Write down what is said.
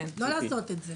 בבקשה, לא לעשות את זה.